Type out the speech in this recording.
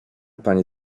pani